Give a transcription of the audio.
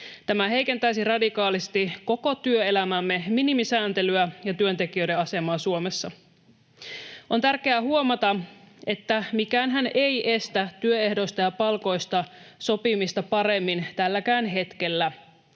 Tämä heikentäisi radikaalisti koko työelämämme minimisääntelyä ja työntekijöiden asemaa Suomessa. On tärkeää huomata, että mikäänhän ei estä työehdoista ja palkoista sopimista paremmin tälläkään hetkellä.